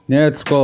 నేర్చుకో